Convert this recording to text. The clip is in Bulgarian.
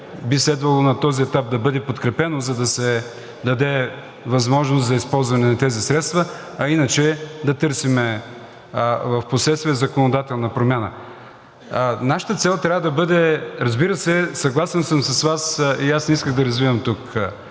би следвало на този етап да бъде подкрепено, за да се даде възможност за използване на тези средства, а иначе да търсим впоследствие законодателна промяна. Разбира се, съгласен съм с Вас и аз не исках да развивам тук